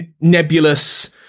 nebulous